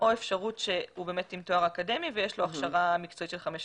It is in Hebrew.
או אפשרות שהוא באמת עם תואר אקדמי ויש לו הכשרה מקצועית של חמש שנים.